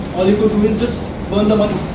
could just burn the money